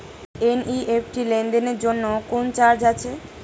NEFT লেনদেনের জন্য কোন চার্জ আছে?